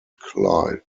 clyde